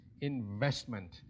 investment